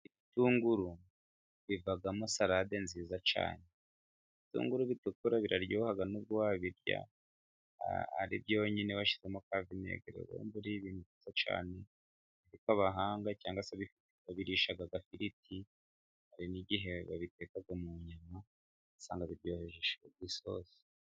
Ibitunguru bivamo sarade nziza cyane. Ibitunguru bitukura biraryoha, n'ubwo wabirya ari byonyine, washyizemo ka vinegere, uba wumva uriye ibintu byiza cyane, kuko abahanga cyangwa se babirisha agafiriti, hari n'igihe babiteka mu nyama, ugasanga biryoheje isosi.